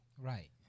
Right